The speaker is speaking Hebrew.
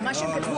אפשרות שלישית,